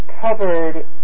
covered